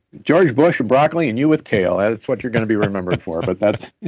george bush with broccoli and you with kale. and that's what you're going to be remembered for, but that's.